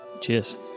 Cheers